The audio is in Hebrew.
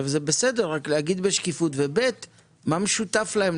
זה בסדר, רק להגיד בשקיפות, ו-ב', מה משותף להם?